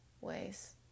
ways